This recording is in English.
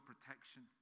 protection